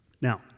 Now